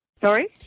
Sorry